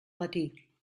matí